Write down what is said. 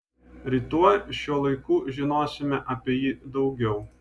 rytoj šiuo laiku žinosime apie jį daugiau